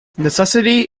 necessity